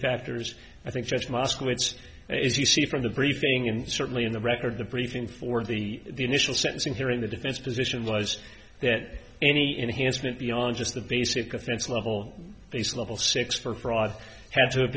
factors i think judge moscowitz as you see from the briefing and certainly in the record the briefing for the initial sentencing hearing the defense position was that any enhanced went beyond just the basic offense level basic level six for fraud have to have